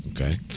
Okay